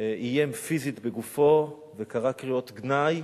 איים פיזית בגופו וקרא קריאות גנאי